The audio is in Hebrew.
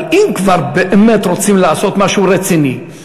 אבל אם כבר באמת רוצים לעשות משהו רציני,